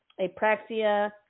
apraxia